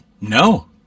no